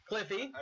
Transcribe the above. Cliffy